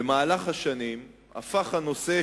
במהלך השנים הפך הנושא,